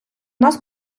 нас